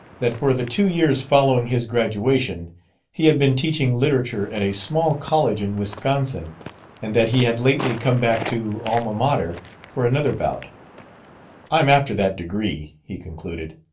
that for the two years following his graduation he had been teaching literature at a small college in wisconsin and that he had lately come back to alma mater for another bout i'm after that degree, he concluded.